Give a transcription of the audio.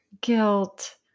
guilt